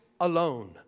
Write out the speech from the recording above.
alone